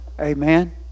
Amen